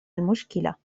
المشكلة